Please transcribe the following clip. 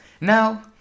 Now